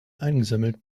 eingesammelt